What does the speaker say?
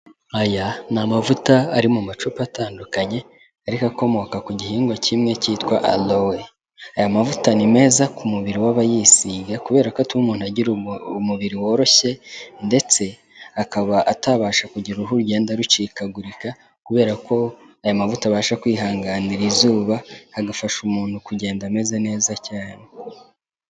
Aya ni amavuta ari mu macupa atandukanye ariko akomoka ku gihingwa kimwe cyitwa aloe. Aya mavuta ni meza ku mubiri w'abayisigaya kubera ko atuma umuntu agira umubiri woroshye, ndetse akaba atabasha kugira uruhu rugenda rucikagurika kubera ko aya mavuta abasha kwihanganira izuba, agafasha umuntu kugenda ameze neza cyane.